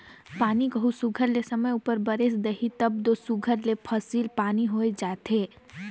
पानी कहों सुग्घर ले समे उपर बरेस देहिस तब दो सुघर ले फसिल पानी होए जाथे